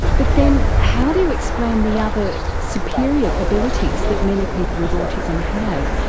but then how do you explain the other superior abilities that many people with autism have?